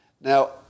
Now